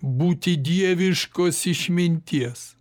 būti dieviškos išminties